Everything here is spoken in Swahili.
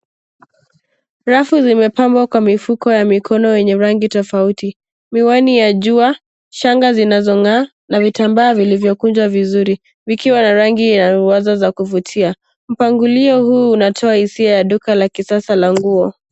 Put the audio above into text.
Rafu zimepambwa kwa mifuko ya mikono yenye rangi tofauti miwani ya jua, shanga zinazo ngaa na vitambaa vilivyo kunjwa vizuri vikiwa na rangi ya ruwaza za kuvutia. Mpangilio huo unatoa hisia ya duka la kisasa la nguo.